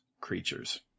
creatures